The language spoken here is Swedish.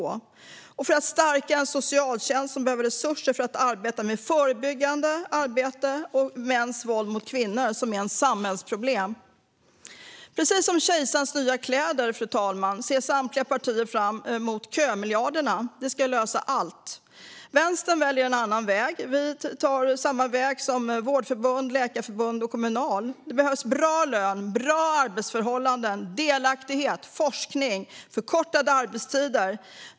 Det ska också gå till att stärka socialtjänsten, som behöver resurser till det förebyggande arbetet och arbetet mot mäns våld mot kvinnor, som är ett samhällsproblem. Fru talman! Samtliga partier ser fram emot kömiljarderna som ska lösa allt. Det är precis som i Kejsarens nya kläder . Vänstern väljer en annan väg. Vi tar samma väg som vårdförbund, läkarförbund och Kommunal. Det behövs bra löner, bra arbetsförhållanden, delaktighet, forskning och förkortade arbetstider.